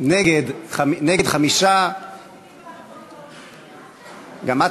נסיבות מחמירות), התשע"ד 2014, לדיון